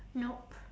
nope